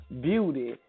beauty